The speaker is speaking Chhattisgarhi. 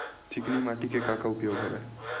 चिकनी माटी के का का उपयोग हवय?